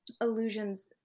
illusions